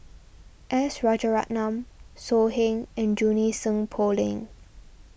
S Rajaratnam So Heng and Junie Sng Poh Leng